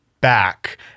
back